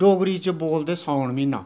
डोगरी च बोलदे सौन म्हीना